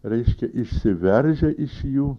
reiškia išsiveržia iš jų